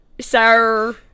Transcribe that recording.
Sir